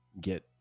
get